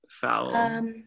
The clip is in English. Foul